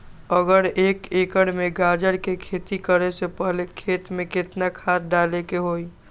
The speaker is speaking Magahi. अगर एक एकर में गाजर के खेती करे से पहले खेत में केतना खाद्य डाले के होई?